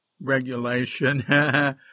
Regulation